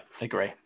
agree